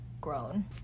grown